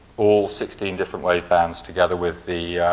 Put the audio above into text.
all sixteen different wavebands together with the